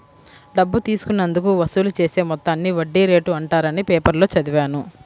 డబ్బు తీసుకున్నందుకు వసూలు చేసే మొత్తాన్ని వడ్డీ రేటు అంటారని పేపర్లో చదివాను